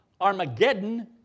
Armageddon